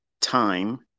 time